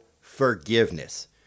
forgiveness